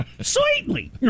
Slightly